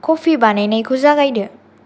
कफि बानायनायखौ जागायदो